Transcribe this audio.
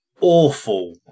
awful